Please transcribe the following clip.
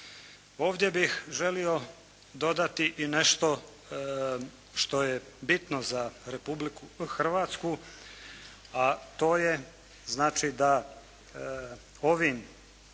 Ovdje bih želio dodati i nešto što je bitno za Republiku Hrvatsku, a to je znači da ovim